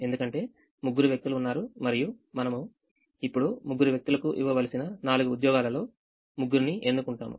ఎందుకంటే ముగ్గురు వ్యక్తులు ఉన్నారు మరియు మనము ఇప్పుడు ముగ్గురు వ్యక్తులకు ఇవ్వవలసిన నాలుగు ఉద్యోగాలలో ముగ్గురిని ఎన్నుకుంటాము